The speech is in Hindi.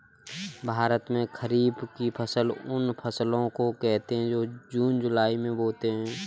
भारत में खरीफ की फसल उन फसलों को कहते है जो जून जुलाई में बोते है